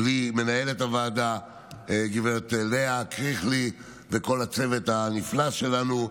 בלי מנהלת הוועדה גב' לאה קריכלי וכל הצוות הנפלא שלנו,